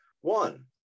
One